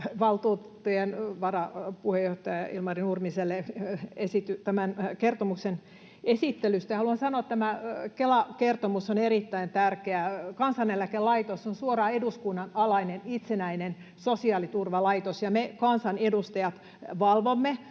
valtuutettujen varapuheenjohtaja Ilmari Nurmiselle tämän kertomuksen esittelystä. Haluan sanoa, että tämä Kelan kertomus on erittäin tärkeä. Kansaneläkelaitos on suoraan eduskunnan alainen, itsenäinen sosiaaliturvalaitos, ja me kansanedustajat valvomme